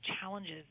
challenges